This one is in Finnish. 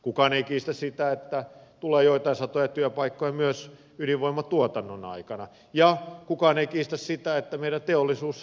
kukaan ei kiistä sitä että tulee joitain satoja työpaikkoja myös ydinvoimatuotannon aikana ja kukaan ei kiistä sitä että meidän teollisuus tarvitsee sähköä